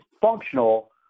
functional